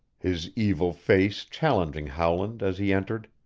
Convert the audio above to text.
his evil face challenging howland as he entered.